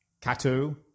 Katu